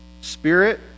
Spirit